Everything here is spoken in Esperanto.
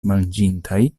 manĝintaj